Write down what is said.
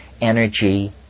energy